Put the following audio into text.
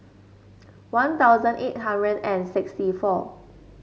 One Thousand eight hundred and sixty four